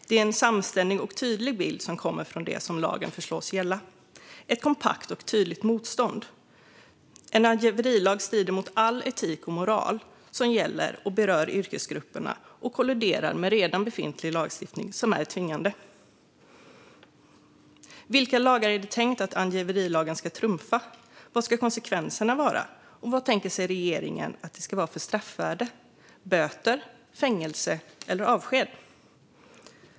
Det är en samstämmig och tydlig bild som kommer från dem som lagen föreslås gälla: ett kompakt och tydligt motstånd. En angiverilag strider mot all etik och moral som gäller de berörda yrkesgrupperna och kolliderar med redan befintlig lagstiftning som är tvingande. Vilka lagar är det tänkt att angiverilagen ska trumfa? Vad ska konsekvenserna bli? Vad tänker sig regeringen för straffvärde - böter, fängelse eller avsked?